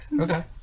Okay